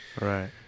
right